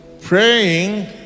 praying